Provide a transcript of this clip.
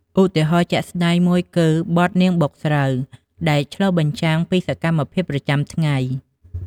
ឧទាហរណ៍ជាក់ស្ដែងមួយគឺ "បទនាងបុកស្រូវ" ដែលឆ្លុះបញ្ចាំងពីសកម្មភាពប្រចាំថ្ងៃ។